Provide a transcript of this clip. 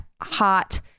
hot